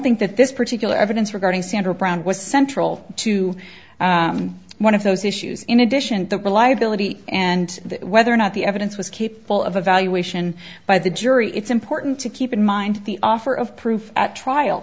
think that this particular evidence regarding sandra brown was central to one of those issues in addition to the liability and whether or not the evidence was capable of evaluation by the jury it's important to keep in mind the offer of proof at trial